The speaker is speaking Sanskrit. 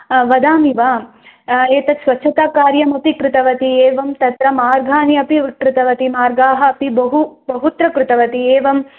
वदामि वा एतत् स्वच्छताकार्यमपि कृतवती एवं तत्र मार्गाः अपि कृतवती मार्गाः अपि बहु बहुत्र कृतवती एवम्